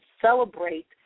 celebrate